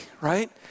right